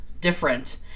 different